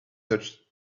touched